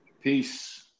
Peace